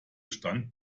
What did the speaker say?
stand